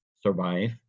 survive